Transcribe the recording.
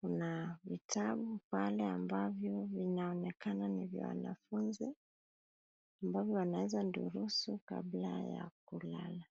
Kuna vitabu pale ambavyo vinaonekana ni vya wanafunzi, ambavyo wanaweza durusu kabla ya kulala.